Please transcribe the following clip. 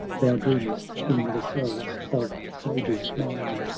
thou dreamest in the cells of sage's mind,